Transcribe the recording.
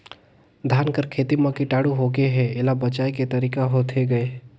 धान कर खेती म कीटाणु होगे हे एला बचाय के तरीका होथे गए?